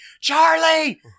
Charlie